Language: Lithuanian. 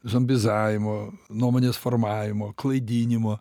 zombizavimo nuomonės formavimo klaidinimo